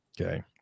okay